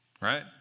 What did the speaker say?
right